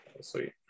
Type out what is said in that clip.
Sweet